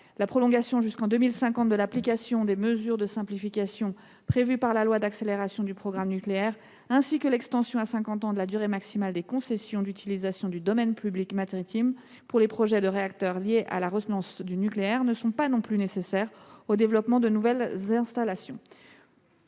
La prolongation jusqu’en 2050 de l’application des mesures de simplification prévues par la loi d’accélération du programme nucléaire, ainsi que l’extension à cinquante ans de la durée maximale des concessions d’utilisation du domaine public maritime pour les projets de réacteurs liés à la résonance du nucléaire ne sont pas non plus nécessaires au développement de nouvelles installations.